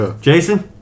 Jason